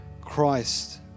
Christ